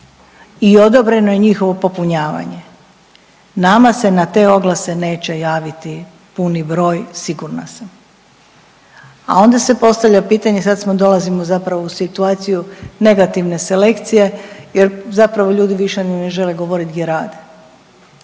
i odobreno je njihovo popunjavanje. Nama se na te oglase neće javiti puni broj sigurna sam. A onda se postavlja pitanje sad smo dolazimo zapravo u situaciju negativne selekcije jer zapravo ljudi više ni ne žele govoriti gdje rade